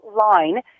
line